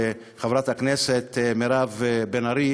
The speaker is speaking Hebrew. חברת הכנסת מירב בן ארי,